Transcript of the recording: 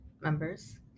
members